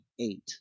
eight